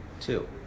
Two